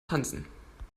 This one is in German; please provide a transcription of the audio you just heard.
tanzen